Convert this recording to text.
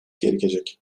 gerekecek